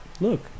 look